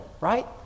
right